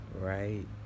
Right